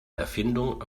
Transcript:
erfindung